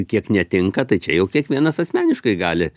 kiek netinka tai čia jau kiekvienas asmeniškai gali